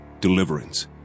Deliverance